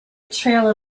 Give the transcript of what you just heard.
trail